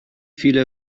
viele